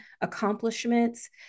accomplishments